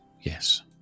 Yes